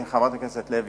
חברת הכנסת לוי,